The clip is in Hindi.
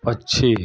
पक्षी